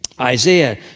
Isaiah